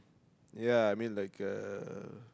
ya I mean like uh